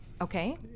Okay